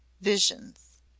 visions